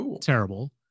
terrible